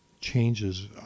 changes